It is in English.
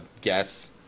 guess